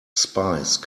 spice